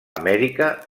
amèrica